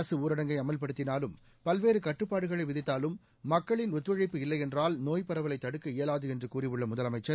அரசு ஊரடங்கை அமல்படுத்தினாலும் பல்வேறு கட்டுப்பாடுகளை விதித்தாலும் மக்களின் ஒத்துழைப்பு இல்லையென்றால் நோய்ப் பரவலை தடுக்க இயலாது என்று கூறியுள்ள முதலமைச்சர்